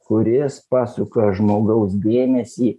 kuris pasuka žmogaus dėmesį